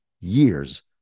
years